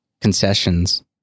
concessions